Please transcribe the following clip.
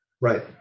Right